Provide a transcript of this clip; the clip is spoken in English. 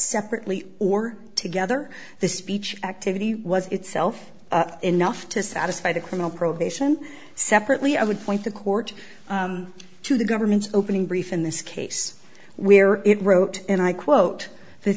separately or together the speech activity was itself enough to satisfy the criminal probation separately i would point the court to the government's opening brief in this case where it wrote and i quote the